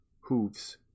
hooves